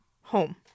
Home